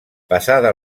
passada